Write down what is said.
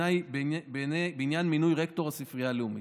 בעניין מינוי רקטור הספרייה הלאומית.